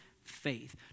Faith